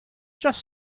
just